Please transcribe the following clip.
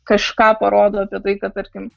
kažką parodo apie tai kad tarkim